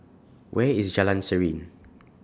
Where IS Jalan Serene